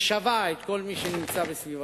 ששבה את כל מי שנמצא בסביבתו.